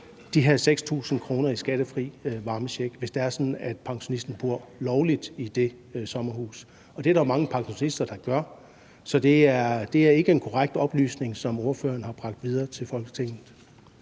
de her 6.000 kr. i skattefri varmecheck, hvis det er sådan, at pensionisten bor lovligt i det sommerhus, og det er der jo mange pensionister der gør. Så det er ikke en korrekt oplysning, som ordføreren har bragt videre til Folketinget.